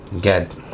get